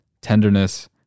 tenderness